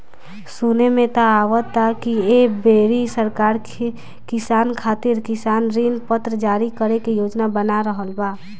सुने में त आवता की ऐ बेरी सरकार किसान खातिर किसान ऋण पत्र जारी करे के योजना बना रहल बा